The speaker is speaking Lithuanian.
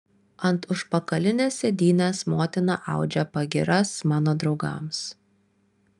ant užpakalinės sėdynės motina audžia pagyras mano draugams